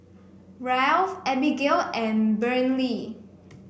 Ralph Abbigail and Brynlee